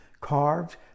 Carved